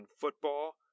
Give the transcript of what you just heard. football